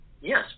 Yes